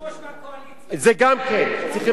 זה גם כן, צריך לקחת את זה בחשבון,